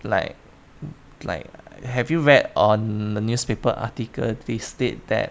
like like have you read on the newspaper article they state that